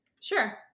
Sure